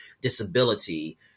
disability